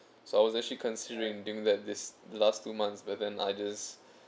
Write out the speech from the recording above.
so I was actually considering doing that these last two months but then I just